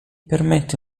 permette